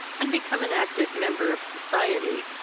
and become an active member of society.